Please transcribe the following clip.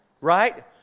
right